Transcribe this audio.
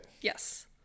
Yes